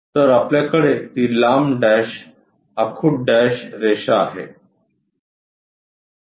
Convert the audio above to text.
तर आपल्याकडे ती लांब डॅश आखुड डॅश रेषा आहे